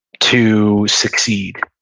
to succeed.